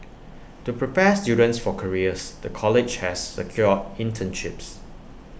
to prepare students for careers the college has secured internships